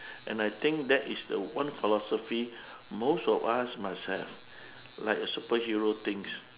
and I think that is the one philosophy most of us must have like a superhero things